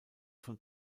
von